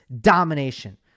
domination